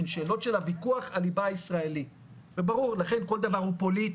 הן שאלות של הוויכוח הליבה הישראלי וברור לכן כל דבר הוא פוליטי,